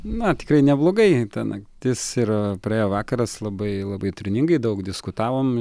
na tikrai neblogai ta naktis ir praėjo vakaras labai labai turiningai daug diskutavom